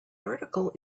article